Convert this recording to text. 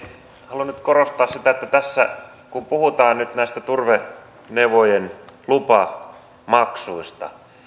haluan nyt korostaa sitä että kun tässä puhutaan nyt näistä turvenevojen lupamaksuista